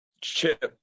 chip